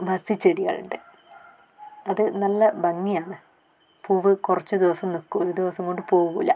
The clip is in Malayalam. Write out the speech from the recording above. ബസി ചെടികളിണ്ട് അത് നല്ല ഭംഗിയാണ് പൂവ് കുറച്ച് ദിവസം നിൽക്കു ഒരു ദിവസം കൊണ്ട് പോകൂല